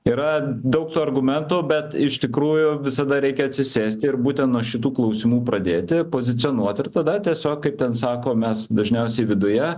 yra daug tų argumentų bet iš tikrųjų visada reikia atsisėst ir būtent nuo šitų klausimų pradėti pozicionuot ir tada tiesiog kaip ten sako mes dažniausiai viduje